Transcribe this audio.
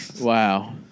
Wow